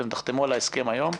אתם תחתמו על ההסכם היום.